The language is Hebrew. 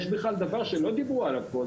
יש דבר שלא דיברו עליו פה,